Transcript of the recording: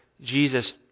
Jesus